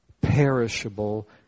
perishable